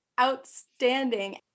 outstanding